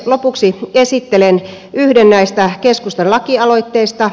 lopuksi esittelen yhden näistä keskustan lakialoitteista